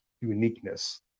uniqueness